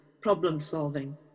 problem-solving